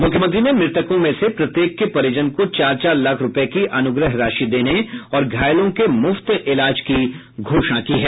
मुख्यमंत्री ने मृतकों में से प्रत्येक के परिजन को चार चार लाख रुपये की अनुग्रह राशि देने और घायलों के मुफ्त इलाज की घोषणा की है